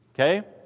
okay